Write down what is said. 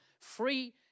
free